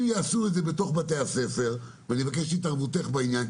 אם יעשו את זה בתוך בתי הספר ואני מבקש את התערבותך בעניין,